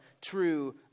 true